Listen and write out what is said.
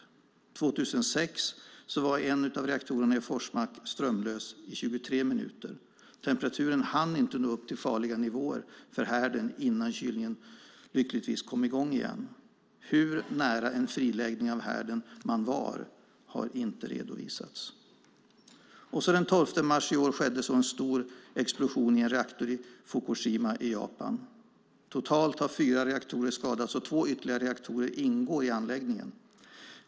År 2006 var en av reaktorerna i Forsmark strömlös i 23 minuter. Temperaturen hann inte nå upp till farliga nivåer för härden innan kylningen lyckligtvis kom i gång igen. Hur nära en friläggning av härden man var har inte redovisats. Den 12 mars i år skedde så en stor explosion i en reaktor i Fukushima i Japan. Totalt har fyra reaktorer skadats. Två ytterligare reaktorer ingår i anläggningen.